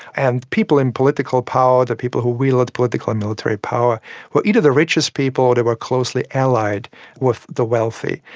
and people in political power, the people who wield political and military power were either the richest people or they were closely allied with the wealthy.